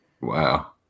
Wow